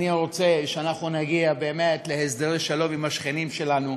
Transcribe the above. אני רוצה שאנחנו נגיע באמת להסדרי שלום עם השכנים שלנו.